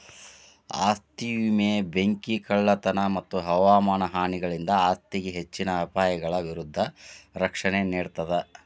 ಆಸ್ತಿ ವಿಮೆ ಬೆಂಕಿ ಕಳ್ಳತನ ಮತ್ತ ಹವಾಮಾನ ಹಾನಿಗಳಿಂದ ಆಸ್ತಿಗೆ ಹೆಚ್ಚಿನ ಅಪಾಯಗಳ ವಿರುದ್ಧ ರಕ್ಷಣೆ ನೇಡ್ತದ